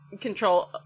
control